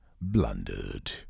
blundered